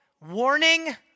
Warning